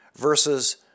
versus